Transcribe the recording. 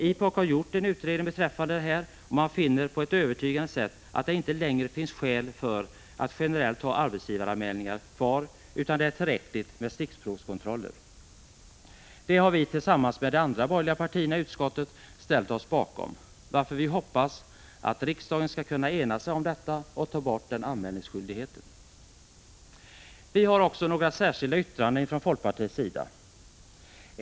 IPOK har gjort en utredning beträffande det här och anför övertygande skäl för att inte längre generellt ha arbetsgivaranmälningarna kvar. Det är tillräckligt med stickprovskontroller. Det har vi tillsammans med de andra borgerliga partierna i utskottet ställt oss bakom, varför vi hoppas att riksdagen skall kunna ena sig om att ta bort den anmälningsskyldigheten. Vi har också några särskilda yttranden från folkpartiets sida.